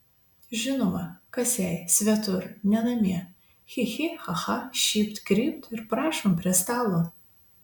žinoma kas jai svetur ne namie chi chi cha cha šypt krypt ir prašom prie stalo